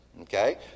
Okay